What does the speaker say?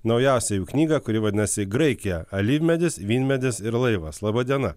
naujausią jų knygą kuri vadinasi graikija alyvmedis vynmedis ir laivas laba diena